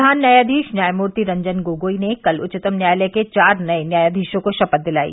प्रधान न्यायाधीश न्याययमूर्ति रंजन गोगोई ने कल उच्चतम न्यायालय के चार नये न्यायाधीशों को शपथ दिलाई